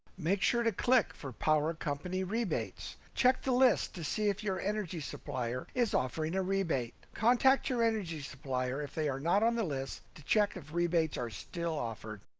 make sure to click for power company rebates. check the list to see if your energy supplier is offering a rebate. contact your energy supplier if they are not on the list to check if rebate are still offered.